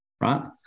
right